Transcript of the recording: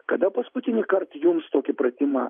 kada paskutinįkart jums tokį pratimą